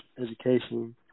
education